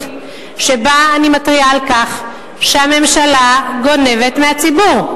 שבה אני מתריעה על כך שהממשלה גונבת מהציבור.